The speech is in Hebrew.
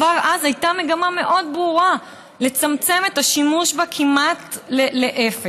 כבר אז הייתה מגמה מאוד ברורה לצמצם את השימוש בה כמעט לאפס.